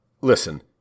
Listen